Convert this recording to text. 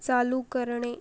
चालू करणे